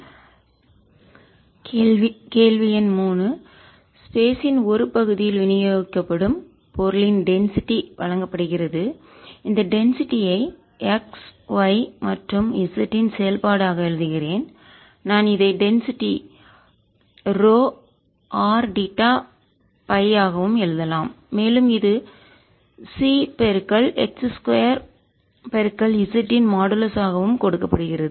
ϕR243π4dϕ2sin22R23π4 4R243π41 cos2ϕ2dϕ5πR24R22 கேள்வி எண் 3 ஸ்பேஸ் இடம் இன் ஒரு பகுதியில் விநியோகிக்கப்படும் பொருளின் டென்சிட்டி அடர்த்தி வழங்கப்படுகிறது இந்த டென்சிட்டி ஐ அடர்த்தியை x y மற்றும் z இன் செயல்பாடு ஆக எழுதுகிறேன் நான் இதை டென்சிட்டி அடர்த்தி ρr θФ வாகவும் எழுதலாம் மேலும் இது Cx 2 Z இன் மாடுலஸாகவும் கொடுக்கப்படுகிறது